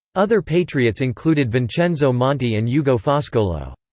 other patriots included vincenzo monti and yeah ugo foscolo.